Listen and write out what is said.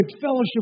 fellowship